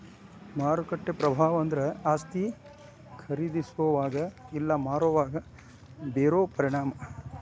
ಮಾರುಕಟ್ಟೆ ಪ್ರಭಾವ ಅಂದ್ರ ಆಸ್ತಿ ಖರೇದಿಸೋವಾಗ ಇಲ್ಲಾ ಮಾರೋವಾಗ ಬೇರೋ ಪರಿಣಾಮ